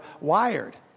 wired